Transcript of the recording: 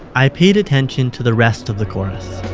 i paid attention to the rest of the chorus.